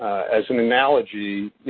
as an analogy,